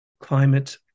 climate